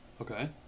Okay